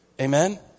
Amen